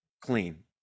clean